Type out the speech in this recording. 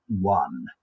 one